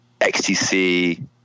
XTC